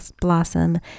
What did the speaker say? blossom